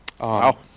Wow